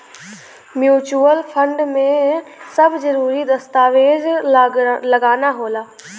mutual fund में सब जरूरी दस्तावेज लगाना होला